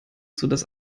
sodass